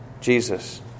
Jesus